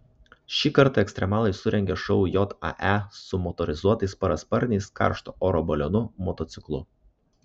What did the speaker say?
šį kartą ekstremalai surengė šou jae su motorizuotais parasparniais karšto oro balionu motociklu